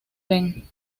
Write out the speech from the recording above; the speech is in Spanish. ven